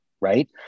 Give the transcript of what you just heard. right